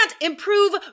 improve